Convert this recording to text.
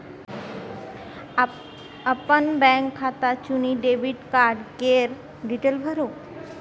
अपन बैंक खाता चुनि डेबिट कार्ड केर डिटेल भरु